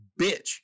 bitch